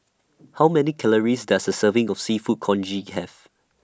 How Many Calories Does A Serving of Seafood Congee Have